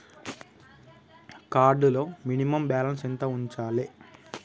Card లో minimum balance ఎంత ఉంచాలే?